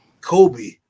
Kobe